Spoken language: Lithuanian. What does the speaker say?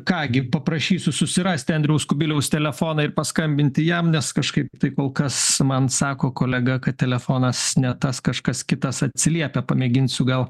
ką gi paprašysiu susirasti andriaus kubiliaus telefoną ir paskambinti jam nes kažkaip tai kol kas man sako kolega kad telefonas ne tas kažkas kitas atsiliepia pamėginsiu gal